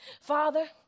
father